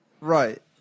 Right